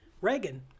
reagan